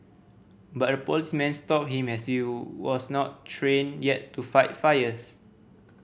but a policeman stopped him as you was not trained yet to fight fires